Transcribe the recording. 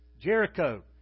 Jericho